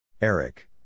Eric